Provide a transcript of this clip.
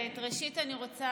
אני רוצה לפתוח